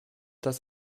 das